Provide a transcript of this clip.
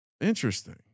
Interesting